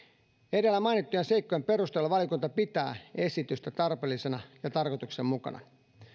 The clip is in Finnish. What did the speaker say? edellä mainittujen seikkojen perusteella valiokunta pitää esitystä tarpeellisena ja tarkoituksenmukaisena